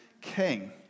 king